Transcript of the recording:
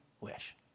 wish